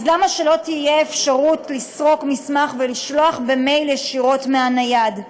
אז למה לא תהיה אפשרות לסרוק מסמך ולשלוח במייל ישירות מהנייד?